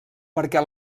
perquè